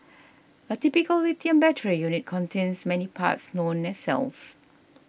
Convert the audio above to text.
a typical lithium battery unit contains many parts known as cells